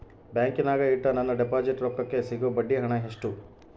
ಬ್ಯಾಂಕಿನಾಗ ಇಟ್ಟ ನನ್ನ ಡಿಪಾಸಿಟ್ ರೊಕ್ಕಕ್ಕೆ ಸಿಗೋ ಬಡ್ಡಿ ಹಣ ಎಷ್ಟು?